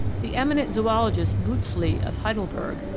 the eminent zoologist biitschli, of heidelberg,